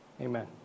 Amen